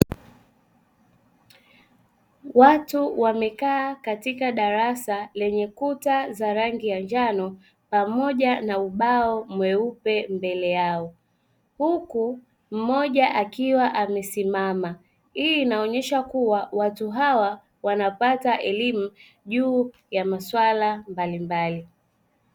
Watu wamekaa katika darasa lenye kuta za rangi ya njano pamoja na ubao mweupe mbele yao. Huku mmoja akiwa amesimama, hii inaonyesha kuwa watu hawa wanapata elimu juu ya masuala mbalimbali.